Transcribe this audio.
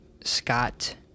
Scott